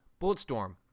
Bulletstorm